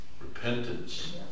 Repentance